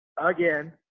again